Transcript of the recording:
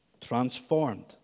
transformed